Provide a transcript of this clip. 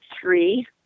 three